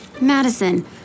Madison